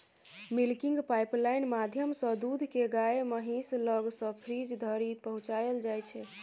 milking pipeline माध्यमसँ दुध केँ गाए महीस लग सँ फ्रीज धरि पहुँचाएल जाइ छै